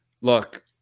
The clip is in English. look